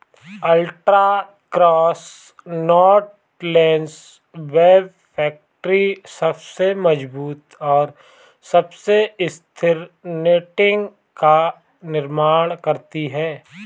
ultra cross knotless web factory सबसे मजबूत और सबसे स्थिर नेटिंग का निर्माण करती है